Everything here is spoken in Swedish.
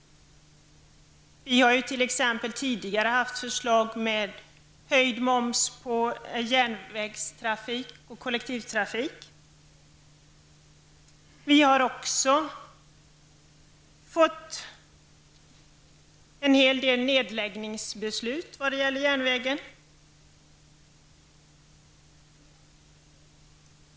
Det har ju tidigare lagts fram förslag om höjd moms på järnvägstrafik och kollektivtrafik. Det har också fattats en rad nedläggningsbeslut vad gäller järnvägen.